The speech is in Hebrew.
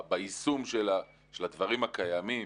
ביישום של הדברים הקיימים.